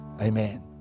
Amen